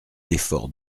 l’effort